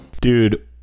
Dude